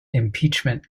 impeachment